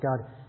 God